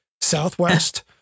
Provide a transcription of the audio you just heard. Southwest